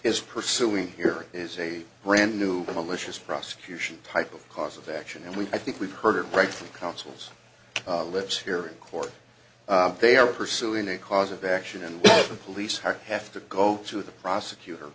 is pursuing here is a brand new malicious prosecution type of cause of action and we i think we've heard it right from counsel's lips here in court they are pursuing a cause of action and the police have to go to the prosecutor